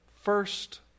first